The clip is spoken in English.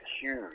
huge